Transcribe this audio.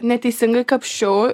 neteisingai kapsčiau